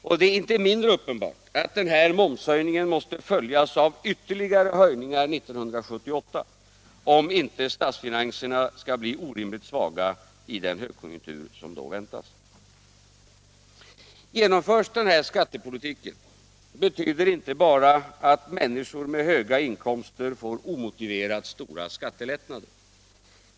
Och det är inte mindre uppenbart att den här momshöjningen måste följas av ytterligare höjningar 1978, om inte statsfinanserna skall bli orimligt svaga i den högkonjunktur som då väntas. Genomförs den här skattepolitiken, betyder det inte bara att människor med höga inkomster får omotiverat stora skattelättnader.